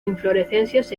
inflorescencias